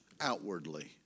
outwardly